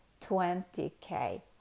20k